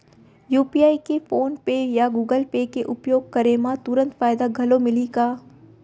UPI के PhonePe या Google Pay के उपयोग करे म तुरंत फायदा घलो मिलही का?